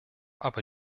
aber